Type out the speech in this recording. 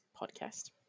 Podcast